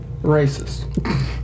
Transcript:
Racist